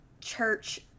church